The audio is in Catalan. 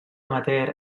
amateur